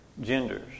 genders